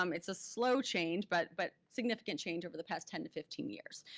um it's a slow change but but significant change over the past ten to fifteen years.